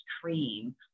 cream